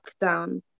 lockdown